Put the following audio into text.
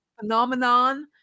phenomenon